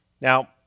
Now